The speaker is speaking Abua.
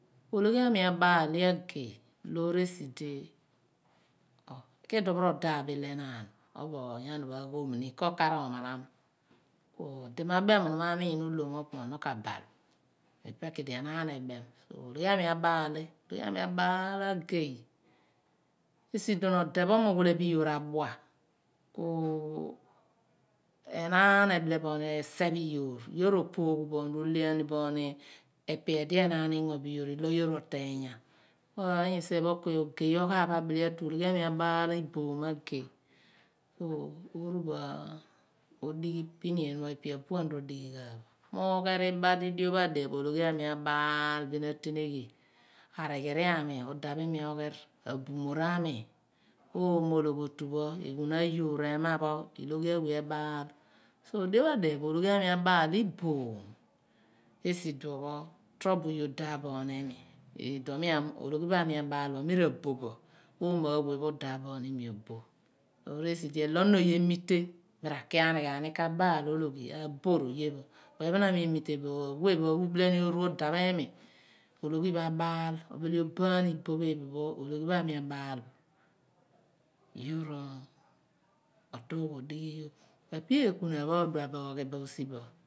Ologhi aami abaal li agey wor esi di, ohi ki idum ro daph bo ilo enaan pho obo ony ani pho avhom ni ko/kar omanam ku odi ma bem mo odi ma miin ahlom mo opu odi la bal bo. Ipe ku idi enaan ebem ologhi aami abaal ni, ologhi aami abaal li agey esi iduon ode pho mu uwile bo iyoor adua ku enaan ebile bo oni iseph iyoor. Yoor ro porghu bo ni ro le aani bo ni epe odi enaan ingo bo iyoor lo yoor oteenya. Ku anyu isien pho ku ogey pghaaph abile atu. Ologhi aami abaal igey ku onu bo odighi pinieeny pho ipe abaan ro dighi ghan bo. Mi ugher ina di dio ho adiphe pho di iloghi aami abaal bin ateneghi, arighiri aami udaph iimi ogher, abumbor aami, oomo ologhiotu pho eghun ayoor, ehma pho ilogh. Awe anaal ku dio pho adiphe pho ologhi aami abaal li iboom esi iduon pho torobo rye udaph bo oni iimi abaal bo m mira boh bo oomo pho awe pho udaph bo ni imi oboh loor esi di elo onon oye amire mi ra ki aani ghan ni ka baal ologhi aboh r'oye pho ku ephrn aami emite bo, awe ubile oru udaph imi ologh pho abaal obile oboh aam iboh pho ipe pho ologhi pho aami abaal bo. Yoor otuugh ofighi yogh ku epe eekuna pho odua bo oghi bo osi bo